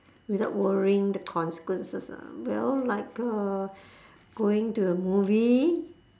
without worrying the consequences ah well like uh going to a movie